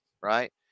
right